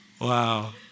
Wow